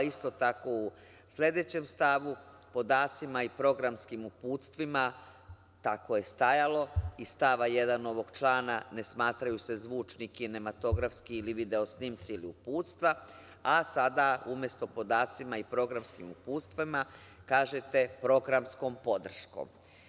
Isto tako u sledećem stavu - podacima i programskim uputstvima, tako je stajalo, iz stava 1. ovog člana ne smatraju se zvučni, kinematografski ili video snimci ili uputstva, a sada umesto - podacima i programskim uputstvima, kažete – programskom podrškom.